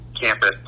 campus